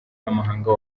n’amahanga